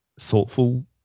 thoughtful